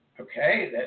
okay